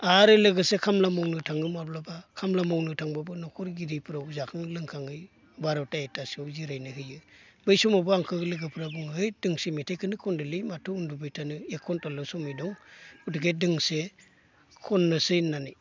आरो लोगोसे खामला मावनो थाङो माब्लाबा खामला मावनो थांब्लाबो न'खर गिरिफ्राव जाखां लोंखाङै बार'था एकथासोआव जिरायनो होयो बै समावबो आंखो लोगोफोरा बुङो है दोंसे मेथाइखोनो खनदोलै माथो उन्दुबाय थानो एक घन्टाल' समय दं गथिखे दोंसे खननोसै होननानै